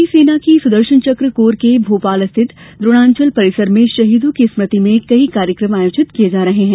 भारतीय सेना की सुदर्शनचक कोर के भोपाल स्थित द्रोणांचल परिसर में शहीदों की स्मृति में कई कार्यक्रम आयोजित किये जा रहे हैं